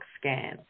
scan